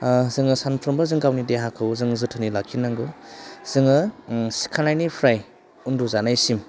जोङो सानफ्रोमबो जों गावनि देहाखौ जों जोथोनै लाखिनांगौ जोङो सिखारनायनिफ्राय उन्दुजानायसिम